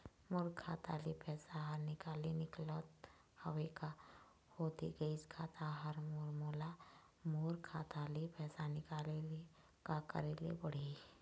मोर खाता ले पैसा हर निकाले निकलत हवे, का होथे गइस खाता हर मोर, मोला मोर खाता ले पैसा निकाले ले का करे ले पड़ही?